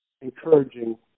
encouraging